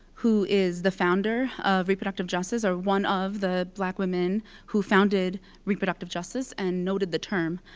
who is the founder of reproductive justice, or one of the black women who founded reproductive justice and noted the term,